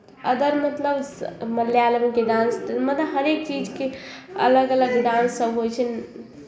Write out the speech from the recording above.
other मतलब स् मलयालमके डांस मतलब हरेक चीजके अलग अलग डांससभ होइ छनि